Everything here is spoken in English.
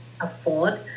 afford